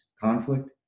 conflict